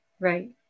right